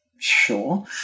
sure